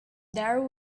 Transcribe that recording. there